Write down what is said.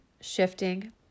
shifting